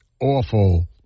awful